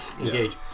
engage